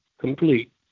complete